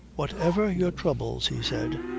whatever your troubles, he said,